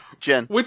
Jen